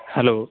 hello